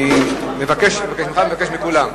אני במיוחד מבקש מכולם.